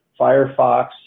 Firefox